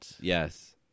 Yes